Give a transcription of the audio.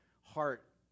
heart